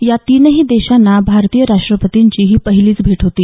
या तीनही देशांना भारतीय राष्ट्रपतींची ही पहिलीच भेट होती